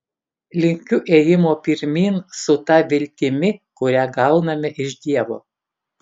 linkiu ėjimo pirmyn su ta viltimi kurią gauname iš dievo